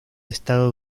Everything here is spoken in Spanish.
estado